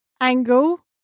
angle